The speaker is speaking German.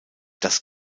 das